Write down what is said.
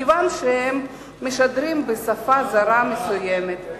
כיוון שהם משודרים בשפה זרה מסוימת,